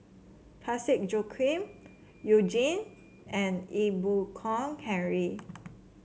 Parsick Joaquim You Jin and Ee Boon Kong Henry